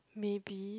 maybe